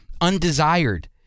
undesired